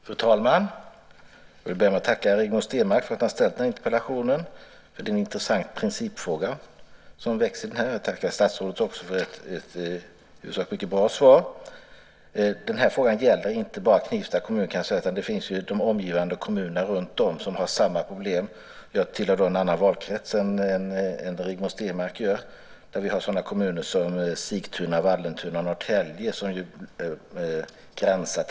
Fru talman! Jag vill börja med att tacka Rigmor Stenmark för att hon har ställt den här interpellationen. Det är en intressant principfråga. Jag tackar också statsrådet för ett i huvudsak mycket bra svar. Den här frågan gäller inte bara Knivsta kommun, utan de omgivande kommunerna har samma problem. Jag tillhör en annan valkrets än Rigmor Stenmark gör. Där har vi sådana kommuner som Sigtuna, Vallentuna och Norrtälje.